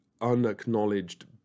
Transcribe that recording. unacknowledged